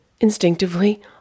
Instinctively